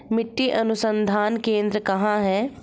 मिट्टी अनुसंधान केंद्र कहाँ है?